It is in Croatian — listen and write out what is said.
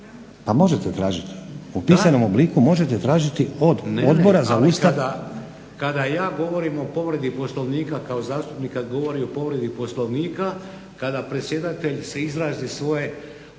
Pa možete tražiti, u pisanom obliku možete tražiti od Odbora za Ustav **Šeks, Vladimir (HDZ)** Ne, ne, ali kada ja govorim o povredi Poslovnika kao zastupnik kad govori o povredi Poslovnika kada predsjedatelj izrazi svoje